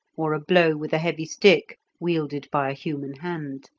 or a blow with a heavy stick wielded by a human hand.